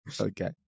Okay